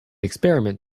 experiment